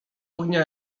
ognia